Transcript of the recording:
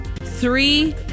Three